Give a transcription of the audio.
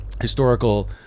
historical